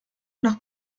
nach